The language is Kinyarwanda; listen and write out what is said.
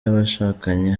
y’abashakanye